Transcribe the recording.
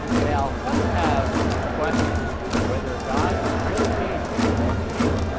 now some have questioned whether god really gave me that dream.